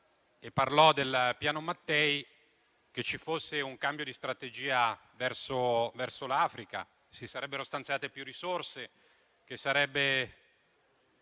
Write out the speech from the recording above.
saremmo aspettati che ci fosse un cambio di strategia verso l'Africa, che si sarebbero stanziate più risorse, che sarebbe